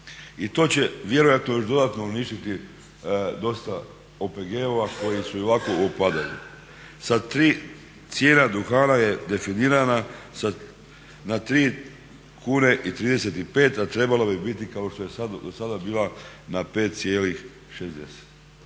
i to će vjerojatno još dodatno uništiti dosta OPG-ova koji su i ovako u opadanju. Cijena duhana je definirana na 3,35 kune a trebalo bi biti kao što je sada bila na 5,60.